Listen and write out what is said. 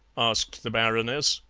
asked the baroness.